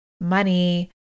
money